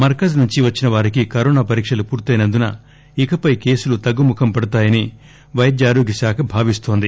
మర్కజ్ నుంచి వచ్చిన వారికి కరోనా పరీక్షలు పూర్తెనందున ఇకపై కేసులు తగ్గుముఖం పడతాయని వైద్యారోగ్య శాఖ భావిస్తోంది